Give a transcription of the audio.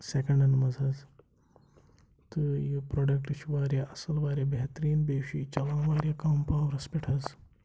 سٮ۪کَنڈَن منٛز حظ تہٕ یہِ پرٛوڈَکٹ چھُ واریاہ اَصٕل واریاہ بہتریٖن بیٚیہِ چھُ یہِ چَلان واریاہ کَم پاورَس پٮ۪ٹھ حظ